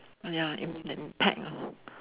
ya you mean that impact ah